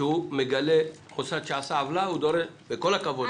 כשהוא מגלה מוסד שעשה עוולה, הוא דורש השבה.